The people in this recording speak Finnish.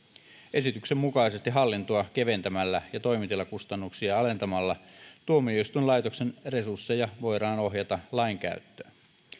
esityksen mukaisesti hallintoa keventämällä ja toimitilakustannuksia alentamalla tuomioistuinlaitoksen resursseja voidaan ohjata lainkäyttöön